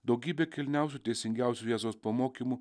daugybė kilniausių teisingiausių jėzaus pamokymų